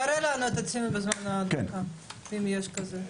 תראה לנו את הציון בזמן ההדלקה, אם יש תיעוד כזה.